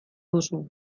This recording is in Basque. duzu